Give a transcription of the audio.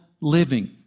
living